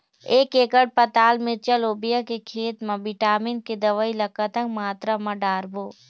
एक एकड़ पताल मिरचा लोबिया के खेत मा विटामिन के दवई ला कतक मात्रा म डारबो?